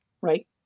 right